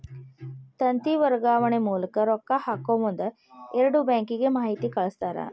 ತಂತಿ ವರ್ಗಾವಣೆ ಮೂಲಕ ರೊಕ್ಕಾ ಹಾಕಮುಂದ ಎರಡು ಬ್ಯಾಂಕಿಗೆ ಮಾಹಿತಿ ಕಳಸ್ತಾರ